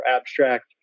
abstract